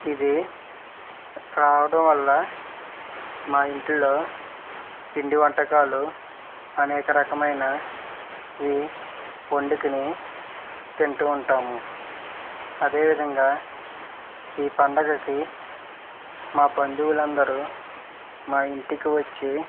ఇది రావడం వల్ల మా ఇంట్లో పిండి వంటకాలు అనేకరకమైనవి వండుకొని తింటూ ఉంటాము అదే విధంగా ఈ పండగకి మా బంధువులు అందరూ మా ఇంటికి వచ్చి